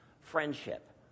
friendship